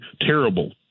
terrible